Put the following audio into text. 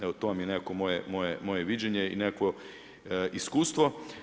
Evo to vam je nekako moje viđenje i nekakvo iskustvo.